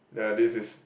then this is